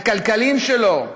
הכלכליים שלו,